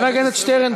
חבר הכנסת שטרן,